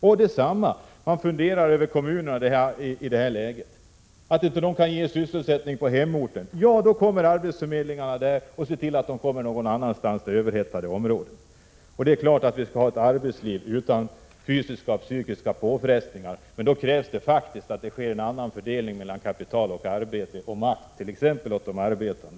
Så funderar man över att kommunerna i det här läget inte kan ge sysselsättning på hemorten. Då går arbetsförmedlingarna in och ser till, att folk kommer någon annanstans, till överhettade områden. Det är klart att vi skall ha ett arbetsliv utan fysiska och psykiska påfrestningar, men då krävs det faktiskt en annan fördelning mellan kapital och arbete, och det krävs makt åt de arbetande.